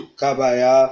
kabaya